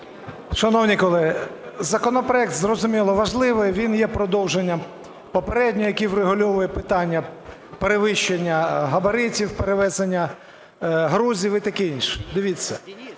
Шановні колеги, законопроект, зрозуміло, важливий, він є продовженням попереднього, який врегульовує питання перевищення габаритів перевезення, грузов і таке інше. Дивіться,